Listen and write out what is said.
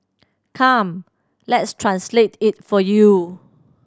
come let's translate it for you